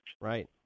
Right